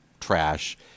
trash